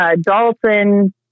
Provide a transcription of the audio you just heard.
Dalton